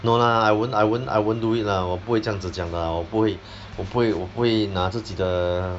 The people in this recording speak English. no lah I won't I won't I won't do it lah 我不会这样子讲的 lah 我不会我不会我不会拿自己的